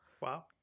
Wow